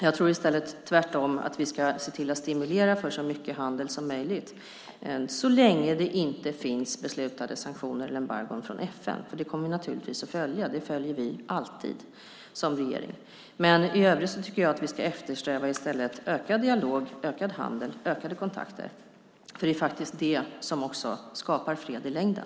Jag tror i stället tvärtom att vi ska se till att stimulera för så mycket handel som möjligt, så länge det inte finns beslutade sanktioner eller embargon från FN, för dem kommer vi naturligtvis att följa. Sådana följer vi alltid som regering. I övrigt tycker jag att vi i stället ska eftersträva ökad dialog, ökad handel och ökade kontakter, för det är faktiskt det som skapar fred i längden.